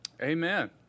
Amen